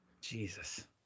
jesus